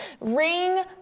ring